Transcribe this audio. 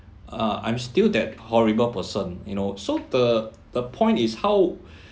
uh I'm still that horrible person you know so the the point is how